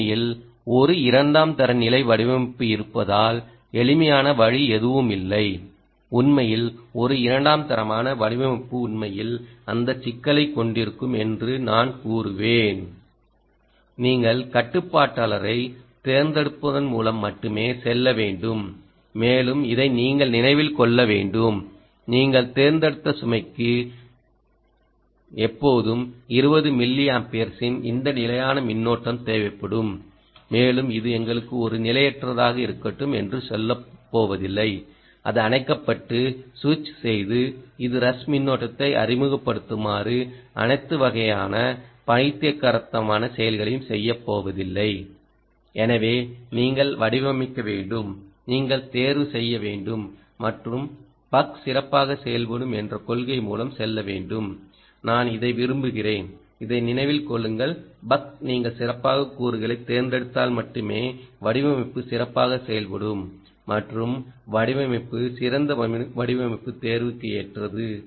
உண்மையில் ஒரு இரண்டாம் தர நிலை வடிவமைப்பு இருப்பதால் எளிமையான வழி எதுவுமில்லை உண்மையில் ஒரு இரண்டாம் தரமான வடிவமைப்பு உண்மையில் அந்த சிக்கலைக் கொண்டிருக்கும் என்று நான் கூறுவேன் நீங்கள் கட்டுப்பாட்டாளரைத் தேர்ந்தெடுப்பதன் மூலம் மட்டுமே செல்ல வேண்டும் மேலும் இதை நீங்கள் நினைவில் கொள்ள வேண்டும் நீங்கள் தேர்ந்தெடுத்த சுமைக்கு எப்போதுமே 20 மில்லியம்பியர்ஸின் இந்த நிலையான மின்னோட்டம் தேவைப்படும் மேலும் இது எங்களுக்கு ஒரு நிலையற்றதாக இருக்கட்டும் என்று சொல்லப்போவதில்லை அது அணைக்கப்பட்டு சுவிட்ச் செய்து இது ரஷ் மின்னோட்டத்தை அறிமுகப்படுத்துமாறு அனைத்து வகையான பைத்தியக்காரத்தனமான செயல்களையும் செய்யப்போவதில்லை எனவே நீங்கள் வடிவமைக்க வேண்டும் நீங்கள் தேர்வு செய்ய வேண்டும் மற்றும் பக் சிறப்பாகச் செயல்படும் என்ற கொள்கை மூலம் செல்ல வேண்டும் நான் இதை விரும்புகிறேன் இதை நினைவில் கொள்ளுங்கள் பக் நீங்கள் சிறப்பாக கூறுகளைத் தேர்ந்தெடுத்தால் மட்டுமே வடிவமைப்பு சிறப்பாக செயல்படும் மற்றும் வடிவமைப்பு சிறந்த வடிவமைப்பு தேர்வுக்கு ஏற்றது